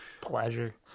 Pleasure